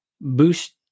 boost